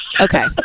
okay